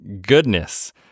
goodness